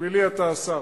בשבילי אתה השר,